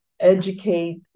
educate